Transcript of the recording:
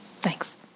Thanks